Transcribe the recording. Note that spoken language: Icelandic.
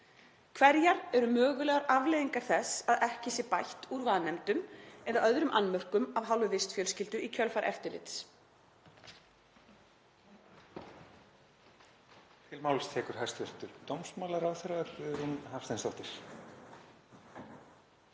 Hverjar eru mögulegar afleiðingar þess að ekki sé bætt úr vanefndum eða öðrum annmörkum af hálfu vistfjölskyldu í kjölfar eftirlits?